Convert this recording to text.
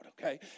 okay